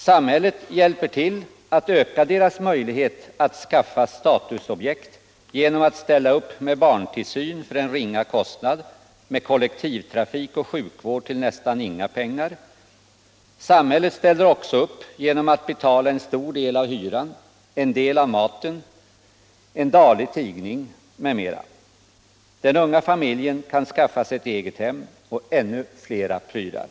Samhället hjälper till att öka deras möjlighet att skaffa statusobjekt genom att ställa upp med barntillsyn för ringa kostnad och med kollektivtrafik och sjukvård till nästan inga pengar. Nr 133 Samhället ställer också upp genom att betala en stor del av hyran, en Tisdagen den del av maten, en daglig tidning m.m. Den unga familjen kan skaffa 17 maj 1977 sig ett eget hem och ännu flera prylar.